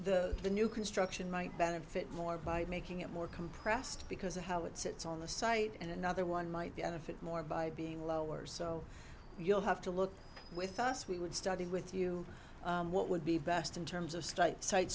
the the new construction might benefit more by making it more compressed because of how it sits on the site and another one might benefit more by being lower so we'll have to look with us we would study with you what would be best in terms of st